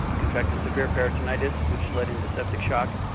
contracted severe peritonitis, which led and to septic shock,